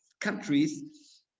countries